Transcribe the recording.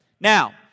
Now